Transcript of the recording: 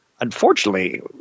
Unfortunately